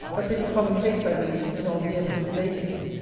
a pretty common case, i believe, in all vehement debatings.